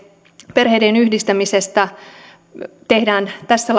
perheiden yhdistämisestä tehdään tässä